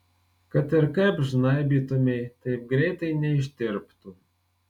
kad ir kaip žnaibytumei taip greitai neištirptų